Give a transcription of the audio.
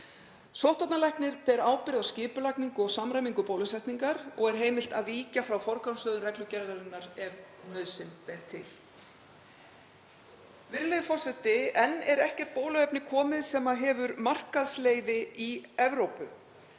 Sóttvarnalæknir ber ábyrgð á skipulagningu og samræmingu bólusetningar og er heimilt að víkja frá forgangsröðun reglugerðarinnar ef nauðsyn ber til. Virðulegi forseti. Enn er ekkert bóluefni komið sem hefur markaðsleyfi í Evrópu